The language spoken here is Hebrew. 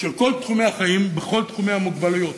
של כל תחומי החיים בכל תחומי המוגבלויות: